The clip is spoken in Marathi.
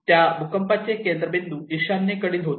त्या भूकंपाचे केंद्रबिंदू ईशान्येकडील होते